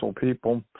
people